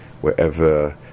wherever